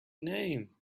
name